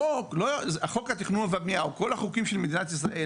אבל חוק התכנון והבנייה או כל החוקים של מדינת ישראל,